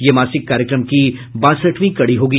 ये मासिक कार्यक्रम की बासठवीं कड़ी होगी